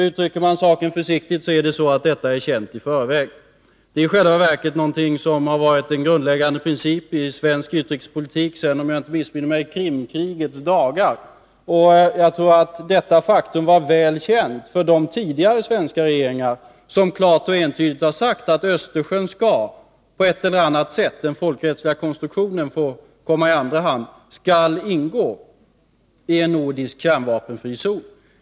Uttrycker man saken försiktigt, kan man säga att detta var känt i förväg. Det har i själva verket varit en grundläggande princip i svensk utrikespolitik sedan, om jag inte missminner mig, Krimkrigets dagar. Jag tror att detta faktum var väl känt för de tidigare svenska regeringar som klart och entydigt har sagt att Östersjön på ett eller annat sätt — den folkrättsliga konstruktionen får komma i andra hand — skall ingå i en nordisk kärnvapenfri zon.